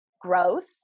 growth